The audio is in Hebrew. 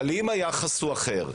אבל אם היחס הוא אחר,